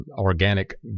organic